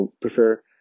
prefer